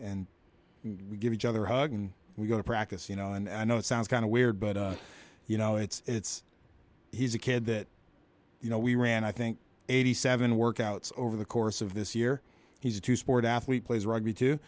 and give each other hugs and we go to practice you know and i know it sounds kind of weird but you know it's he's a kid that you know we ran i think eighty seven workouts over the course of this year he's a to support athlete plays rugby to